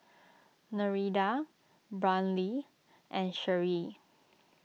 Nereida Brynlee and Sherree